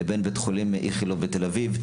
לבין בית חולים איכילוב בתל אביב,